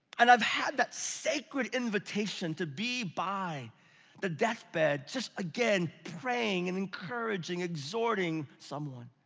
and i've had that sacred invitation to be by the death bed, just again praying and encouraging, exhorting someone.